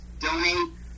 Donate